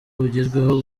bugezweho